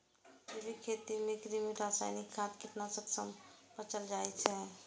जैविक खेती मे कृत्रिम, रासायनिक खाद, कीटनाशक सं बचल जाइ छै